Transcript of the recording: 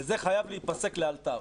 וזה חייב להיפסק לאלתר.